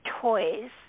toys